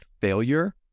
failure